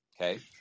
Okay